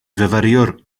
fyfyriwr